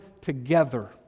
together